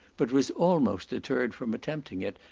but was almost deterred from attempting it,